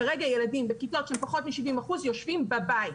כרגע ילדים בכיתות של פחות מ-70% יושבים בבית,